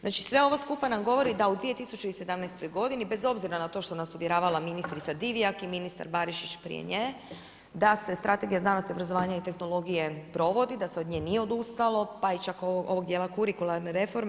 Znači sve ovo skupa nam govori da u 2017. godini bez obzira na to što nas uvjeravala ministrica Divjak i ministar Barišić prije nje, da se Strategija znanosti, obrazovanja i tehnologije provodi, da se od nje nije odustalo, pa i čak ovog dijela kurikularne reforme.